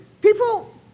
people